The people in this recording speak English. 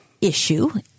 issue